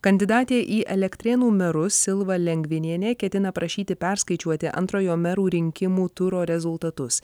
kandidatė į elektrėnų merus silva lengvinienė ketina prašyti perskaičiuoti antrojo merų rinkimų turo rezultatus